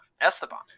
Esteban